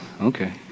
okay